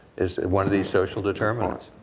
is one of these social determinants.